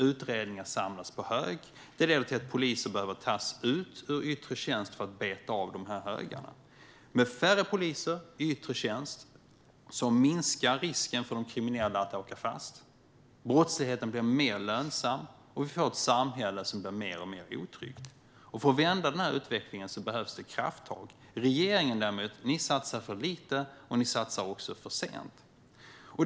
Utredningar samlas på hög. Poliser behöver tas ut ur yttre tjänst för att beta av de här högarna. Med färre poliser i yttre tjänst minskar risken för de kriminella att åka fast. Brottsligheten blir mer lönsam, och vi får ett samhälle som blir mer och mer otryggt. För att vända den här utvecklingen behövs det krafttag. Regeringen satsar däremot för lite och för sent.